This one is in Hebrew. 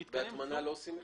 בהטמנה לא עושים מחזור?